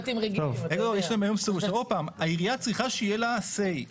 עוד פעם, העירייה צריכה שיהיה לה say.